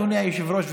אדוני היושב-ראש,